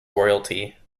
royalty